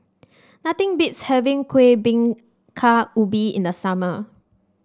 nothing beats having Kuih Bingka Ubi in the summer